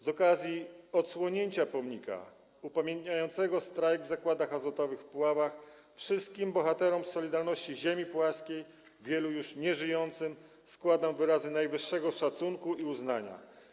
Z okazji odsłonięcia pomnika upamiętniającego strajk w Zakładach Azotowych w Puławach wszystkim bohaterom „Solidarności” ziemi puławskiej, wielu już nieżyjącym, składam wyrazy najwyższego szacunku i uznania.